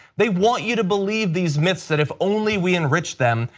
they want you to believe these myths that if only we enrich them,